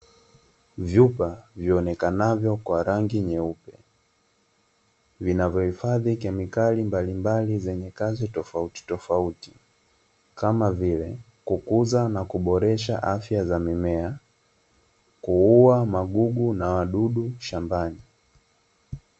Vyupa vionekananvyo kwa rangi nyeupe, vinavyohifadhi kemikali mbalimbali zenye kazi tofautitofauti kama vile kukuza na kuboresha afya za mimea, kuua magugu na wadudu shambani.